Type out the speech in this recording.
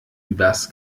übers